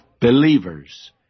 believers